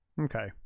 Okay